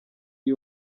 iyi